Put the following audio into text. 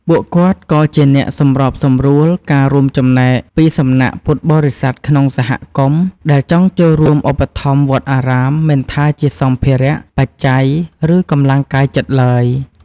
ពួកគាត់ក៏ជាអ្នក សម្របសម្រួលការរួមចំណែក ពីសំណាក់ពុទ្ធបរិស័ទក្នុងសហគមន៍ ដែលចង់ចូលរួមឧបត្ថម្ភវត្តអារាម មិនថាជាសម្ភារៈ បច្ច័យ ឬកម្លាំងកាយចិត្តឡើយ។